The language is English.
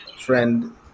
friend